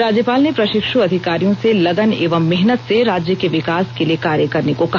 राज्यपाल ने प्रषिक्ष् अधिकारियों से लगन एवं मेहनत से राज्य के विकास के लिये कार्य करने को कहा